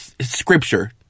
Scripture